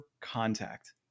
contact